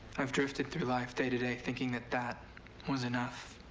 i've drifted through life day to day, thinking that that was enough.